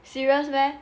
serious meh